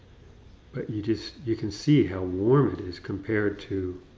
but you just you can see how warm it is compared to,